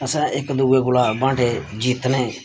असें इक दूए कोला बांह्टे जित्तने